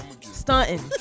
stunting